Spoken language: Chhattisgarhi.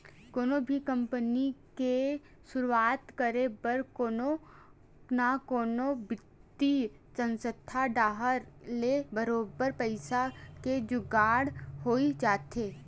कोनो भी कंपनी के सुरुवात करे बर कोनो न कोनो बित्तीय संस्था डाहर ले बरोबर पइसा के जुगाड़ होई जाथे